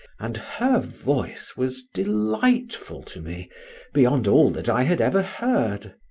and her voice was delightful to me beyond all that i had ever heard.